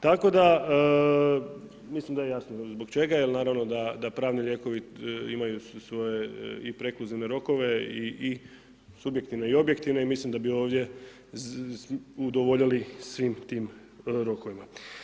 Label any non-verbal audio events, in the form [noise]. Tako da mislim da je jasno zbog čega jer naravno da pravni lijekovi imaju svoje i ... [unintelligible] rokove i subjektivne i objektivne i mislim da bi ovdje udovoljili svim tim rokovima.